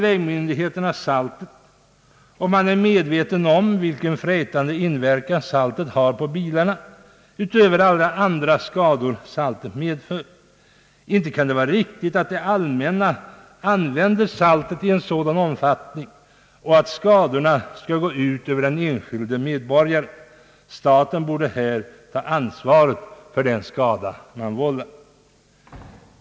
Vägmyndigheterna använder salt trots att man är medveten om vilken frätande inverkan saltet har på bilarna utöver alla andra skador det åstadkommer. Inte kan det vara riktigt att det allmänna använder vägsalt i denna omfattning och att man låter skadorna gå ut över den enskilde medborgaren. Staten borde här allra minst ta ansvar för den skada som vållas.